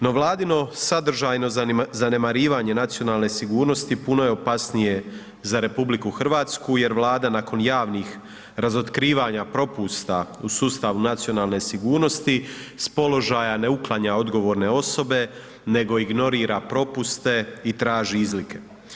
No Vladino sadržajno zanemarivanje nacionalne sigurnosti puno je opasnije za RH jer Vlada nakon javnih razotkrivanja propusta u sustavu nacionalne sigurnosti s položaja ne uklanja odgovorne osobe nego ignorira propuste i traži izlike.